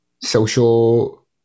social